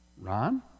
Ron